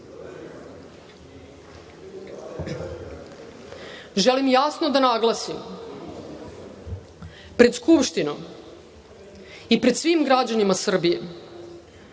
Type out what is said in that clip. Želim jasno da naglasim, pred Skupštinom i pred svim građanima Srbije